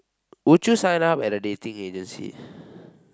would you sign up at a dating agency